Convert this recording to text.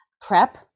prep